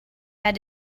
had